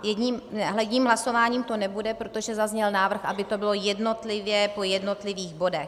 Jedním hlasováním to nebude, protože zazněl návrh, aby to bylo jednotlivě po jednotlivých bodech.